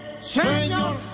señor